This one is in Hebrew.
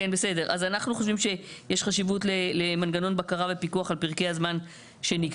אז אנחנו חושבים יש חשיבות למנגנון בקרה ופיקוח על פרקי הזמן שנקבעו,